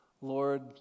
Lord